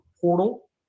portal